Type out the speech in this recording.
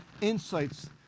insights